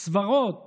סברות